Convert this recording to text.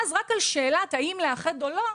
אז רק על השאלה האם לאחד תיקים או לא,